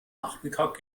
nachmittag